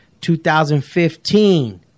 2015